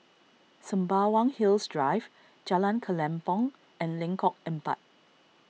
Sembawang Hills Drive Jalan Kelempong and Lengkok Empat